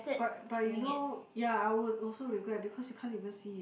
but but you know ya I would also regret because you can't even see it